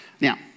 Now